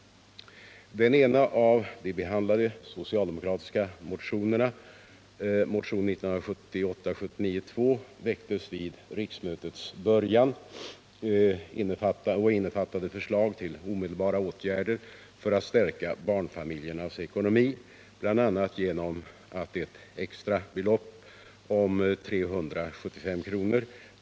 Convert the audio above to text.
Den ena av de behandlade socialdemokratiska motionerna, 1978/79:2, väcktes vid riksmötets början och innefattade förslag till omedelbara åtgärder för att stärka barnfamiljernas ekonomi, bl.a. genom att ett extra belopp om 375 kr.